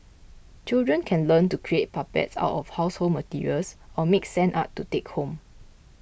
children can learn to create puppets out of household materials or make sand art to take home